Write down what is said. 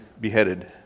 beheaded